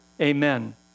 Amen